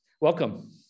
Welcome